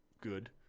good